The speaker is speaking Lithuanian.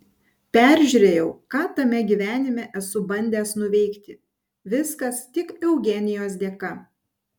peržiūrėjau ką tame gyvenime esu bandęs nuveikti viskas tik eugenijos dėka